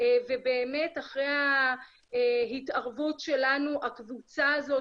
ובאמת אחרי ההתערבות שלנו הקבוצה הזאת